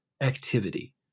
activity